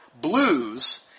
blues